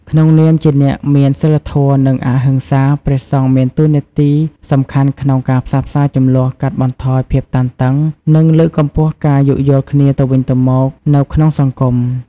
ក្នុងនាមជាអ្នកមានសីលធម៌ និងអហិង្សា ព្រះសង្ឃមានតួនាទីសំខាន់ក្នុងការផ្សះផ្សាជម្លោះ កាត់បន្ថយភាពតានតឹង និងលើកកម្ពស់ការយោគយល់គ្នាទៅវិញទៅមកនៅក្នុងសង្គម។